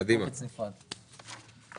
עם אישור התקציב על ידי השרים,